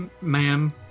ma'am